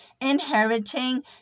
inheriting